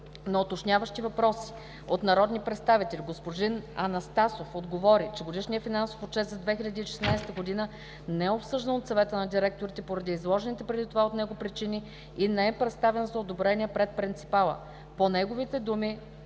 На уточняващи въпроси от народните представители господин Анастасов отговори, че Годишният финансов отчет за 2016 г. не е обсъждан от Съвета на директорите поради изложените преди това от него причини и не е представен за одобрение пред принципала. По неговите думи